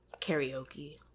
Karaoke